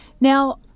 Now